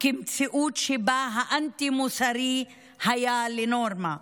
כמציאות שבה האנטי-מוסרי היה לנורמה,